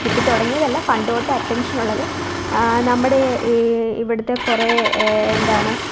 കിട്ടിത്തുടങ്ങിയതല്ല പണ്ട് തൊട്ടേ അറ്റെൻഷനുള്ളത് നമ്മുടെ ഈ ഇവിടത്തെ കുറേ എന്താണ്